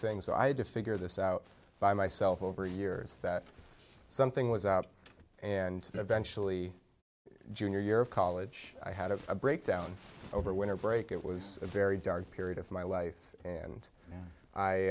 things i had to figure this out by myself over the years that something was out and eventually junior year of college i had a breakdown over winter break it was a very dark period of my life and